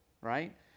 right